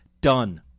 done